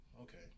okay